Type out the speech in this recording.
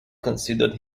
considered